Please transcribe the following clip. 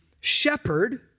shepherd